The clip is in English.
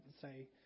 say